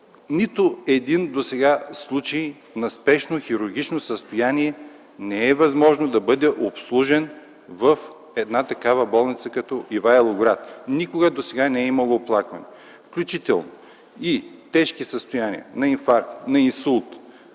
нито един случай на спешно хирургично състояние не е било възможно да бъде обслужен в такава болница като в Ивайловград. Никога досега не е имало оплакване. Включително тежки състояния на инфаркт, на инсулт.